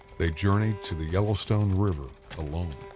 they journeyed to the yellowstone river alone.